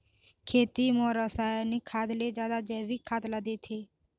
खेती म रसायनिक खाद ले जादा जैविक खाद ला देथे